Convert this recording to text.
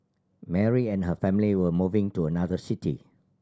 Mary and her family were moving to another city